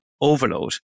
overload